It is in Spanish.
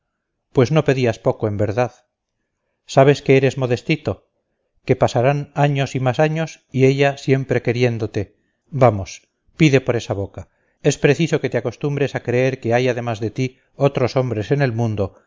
pues no pedías poco en verdad sabes que eres modestito que pasaran años y más años y ella siempre queriéndote vamos pide por esa boca es preciso que te acostumbres a creer que hay además de ti otros hombres en el mundo